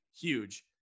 huge